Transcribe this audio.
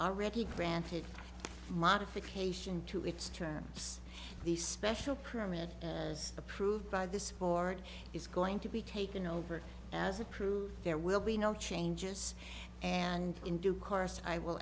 already granted modification to its terms these special permit as approved by this board is going to be taken over as approved there will be no changes and in due course i will